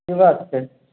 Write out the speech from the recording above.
कि बात छै